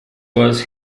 was